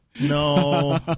No